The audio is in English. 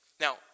Now